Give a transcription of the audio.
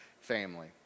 family